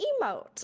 emote